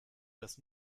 das